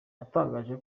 yatangaje